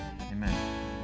amen